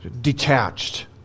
detached